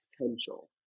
potential